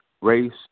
Race